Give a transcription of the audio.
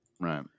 Right